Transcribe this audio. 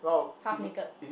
half naked